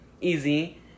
easy